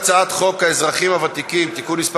אני קובע כי הצעת חוק לתיקון פקודת המשטרה (מס'